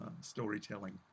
storytelling